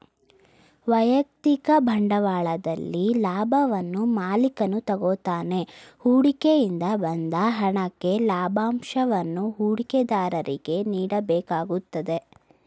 ವೈಯಕ್ತಿಕ ಬಂಡವಾಳದಲ್ಲಿ ಲಾಭವನ್ನು ಮಾಲಿಕನು ತಗೋತಾನೆ ಹೂಡಿಕೆ ಇಂದ ಬಂದ ಹಣಕ್ಕೆ ಲಾಭಂಶವನ್ನು ಹೂಡಿಕೆದಾರರಿಗೆ ನೀಡಬೇಕಾಗುತ್ತದೆ